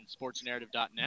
sportsnarrative.net